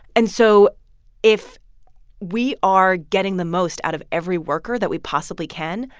and so if we are getting the most out of every worker that we possibly can,